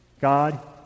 God